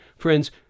friends